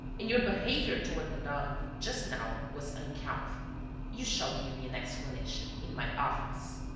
and your behaviour toward madame just now was uncouth. you shall give me an explanation in my office.